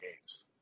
games